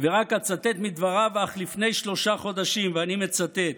ורק אצטט מדבריו אך לפני שלושה חודשים, ואני מצטט: